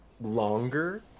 longer